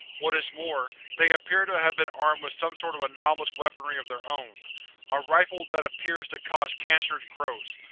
what is more, they appear to have been armed with some sort of anomalous weaponry of their own a rifle that appears to cause cancerous growths,